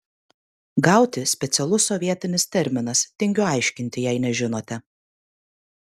gauti specialus sovietinis terminas tingiu aiškinti jei nežinote